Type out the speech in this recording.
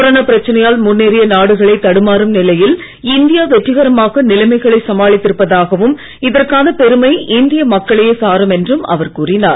corona பிரச்சனையால் முன்னேறிய நாடுகளே தடுமாறும் நிலையில் இந்தியா வெற்றிகரமாக நிலைமைகளை சமாளித்து இருப்பதாகவும் இதற்கான பெருமை இந்திய மக்களையே சாரும் என்றும் அவர் கூறினார்